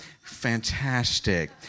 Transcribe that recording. Fantastic